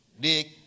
Dick